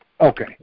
Okay